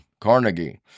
Carnegie